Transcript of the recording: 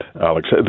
Alex